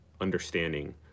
understanding